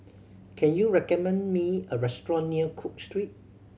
can you recommend me a restaurant near Cook Street